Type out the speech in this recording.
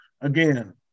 again